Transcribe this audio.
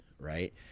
right